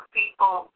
people